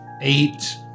eight